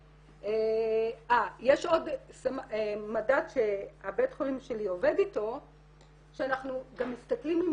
יש עוד מדד שבית החולים שלי עובד איתו שאנחנו גם מסתכלים אם